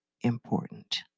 important